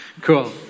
Cool